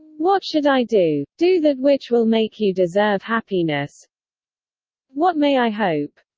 what should i do? do that which will make you deserve happiness what may i hope?